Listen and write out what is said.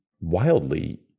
wildly